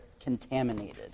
contaminated